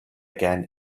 again